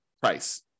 price